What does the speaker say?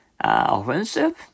offensive